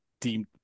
team